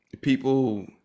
people